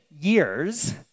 years